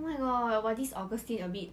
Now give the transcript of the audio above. oh my god !wah! this augustine a bit